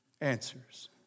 answers